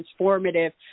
transformative